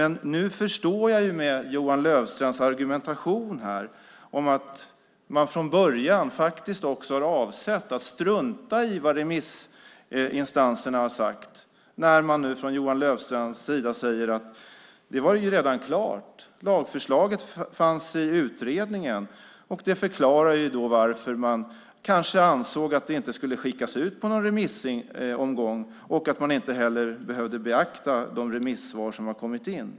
Nu förstår jag, med tanke på Johan Löfstrands argumentation, att man från början avsett att strunta i vad remissinstanserna sagt, detta eftersom Johan Löfstrand säger att det hela redan var klart, att lagförslaget fanns i utredningen. Det förklarar varför man kanske ansåg att det inte skulle skickas ut på remiss och att man därmed inte heller behövde beakta de remissvar som kom in.